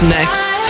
next